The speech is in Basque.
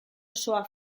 osoa